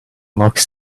looks